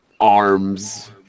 arms